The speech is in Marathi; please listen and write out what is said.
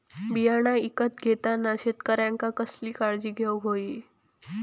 बियाणा ईकत घेताना शेतकऱ्यानं कसली काळजी घेऊक होई?